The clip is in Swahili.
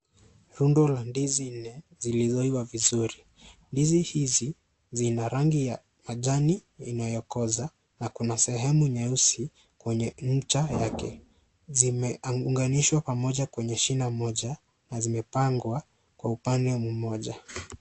Tundu la ndizi nne zilizoiva vizuri , ndizi hizi ina rangi ya majani inazikoza na kuna sehemu nyeusi kwenye ncha yake zimeanganishwa pamoja na kwenye shina moja zimepangwa upande mmoja .